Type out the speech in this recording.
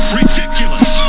ridiculous